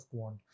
Quant